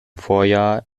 vorjahr